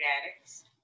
addicts